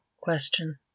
Question